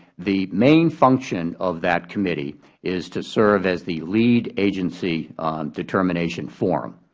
the main function of that committee is to serve as the lead agency determination forum.